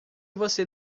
você